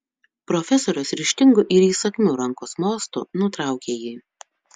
profesorius ryžtingu ir įsakmiu rankos mostu nutraukė jį